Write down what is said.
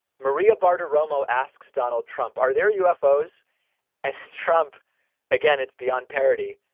maria bartiromo asks donald trump. are there you are foes. and trump again, it's beyond parody.